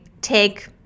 take